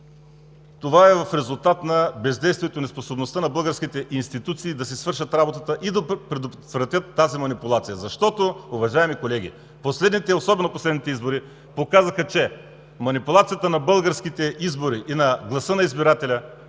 това е в резултат на бездействието и неспособността на българските институции да си свършат работата и да предотвратят тази манипулация. Уважаеми колеги, особено последните избори показаха, че манипулацията на българските избори и на гласа на избирателя